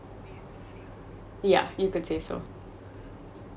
yeah you purchase so